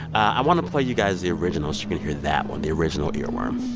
i want to play you guys the original so you can hear that one the original earworm